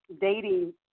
dating